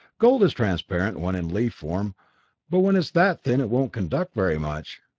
gold is transparent when in leaf form but when it's that thin it won't conduct very much!